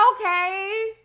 Okay